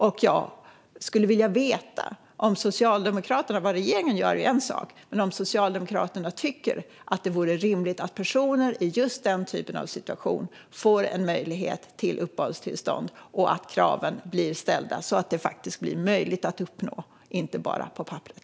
Vad regeringen gör är en sak, men jag skulle vilja veta om Socialdemokraterna tycker att det vore rimligt att personer i just den typen av situationer får en möjlighet till uppehållstillstånd och att kraven ställs så att de faktiskt blir möjliga att uppnå, inte bara på papperet.